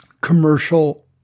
commercial